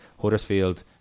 Huddersfield